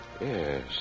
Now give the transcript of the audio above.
Yes